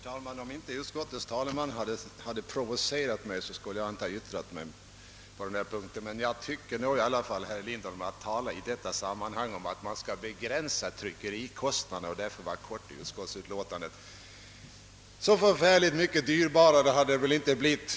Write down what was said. Herr talman! Om inte utskottets talesman hade provocerat mig, skulle jag inte ha yttrat mig på denna punkt, men när herr Lindholm i detta sammanhang talar om att man skall hålla sig kort 1 utskottsutlåtandet för att därmed begränsa tryckerikostnaderna, måste jag säga några ord. Så mycket dyrbarare hade ett längre uttalande inte blivit.